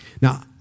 Now